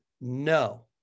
no